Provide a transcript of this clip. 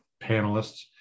panelists